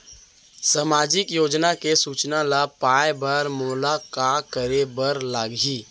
सामाजिक योजना के सूचना ल पाए बर मोला का करे बर लागही?